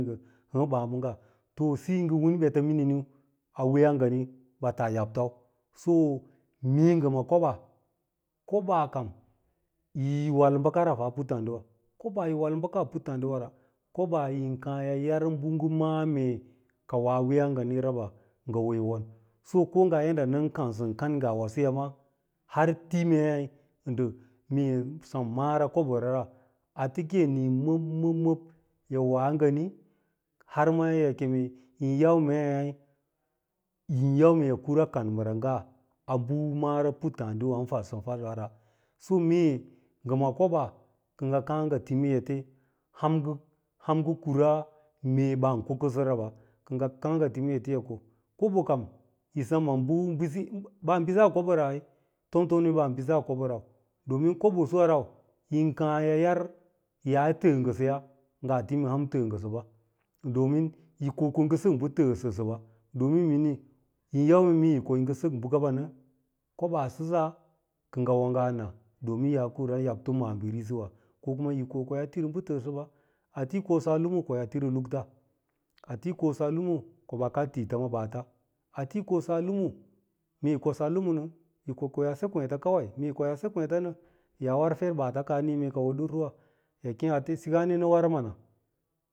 hɚ ɓàà ɓɚngga to siyo ngɚ wan ɓeta wirinin a wiiya nganiu ɓɚ taa yabto so mee ngɚ ngɚ ma koɓaa kobaa kam ki yi wal bɚkara a puttààdiwa koɓaa yin kàà yi yar bɚ ngɚ malà mee ka woa wiiyàs nganiraba ngɚ hoo won, ko nga yadda nɚn kansɚn kan gawasoya maa har timii mee sim ndɚ mara koɓora ra ate ke yi nii mɚb-mɚb-mɚb yi woa ngani har yi keme yin yau mei yin yau, mee yi kara kan mɚra inga a bɚ mara puttààd wa yin fadsɚnfadirara, so mee ngɚ ma koɓaa kɚ ngɚ kàà ngɚ timi ete aham ngɚ ham ngɚ kura mee ban ko kɚnso ra ɓa, kɚ ngɚ kàà ngɚ aha mete yi ko kobo kam yi bisi ete, baa bisaa kobera, ai, tomtomni ɓaa bisaa koɓo mu domin kobo suwa rau yin kààyi yar yaa yi tɚɚ ngɚsɚya ngaa timas a ham yi tɚɚ ngɚsɚbaya domin yi ko ko yi ngɚ sɚk ɓɚ tɚɚ ngɚsɚɓa domin yin yau mee ete yi ko yi ngɚ sɚk bɚkaba nɚ, kobaa sɚsa kɚ ngɚ ngaa na domin ki yaa kura yabto maa biri lisiwa, ko kuma yi ko ko yaa tiri bɚ bɚ tɚɚsɚsɚba ate yi kosaa lumu koyaa tiri lakta, ate yi kosa lumu ko ɓaa kad tiita ma ɓaata, ate yi kosaa lumu, mee ko yaa se kweeta. k kawai, mee ko yaase kwêêta nɚ yaa war for baata kɚ ɓaa ko durna yi kee sikaane nɚ war mana.